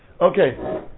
Okay